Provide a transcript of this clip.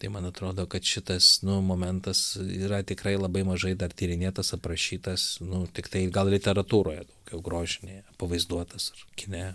tai man atrodo kad šitas nu momentas yra tikrai labai mažai dar tyrinėtas aprašytas nu tiktai gal literatūroje daugiau grožinėje pavaizduotas ar kine